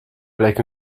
bleek